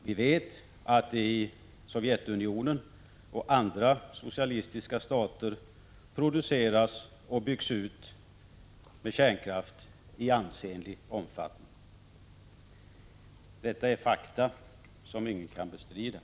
Vi vet att i Sovjetunionen och andra socialistiska stater byggs kärnkraftsproduktionen ut i ansenlig omfattning. Detta är fakta som ingen kan bestrida.